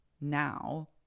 now